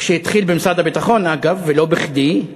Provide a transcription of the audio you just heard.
שהתחיל במשרד הביטחון אגב ולא בכדי,